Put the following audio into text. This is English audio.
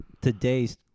today's